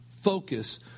focus